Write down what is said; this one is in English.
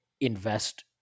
invest